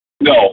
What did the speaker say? No